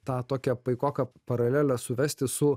tą tokią paikoką paralelę suvesti su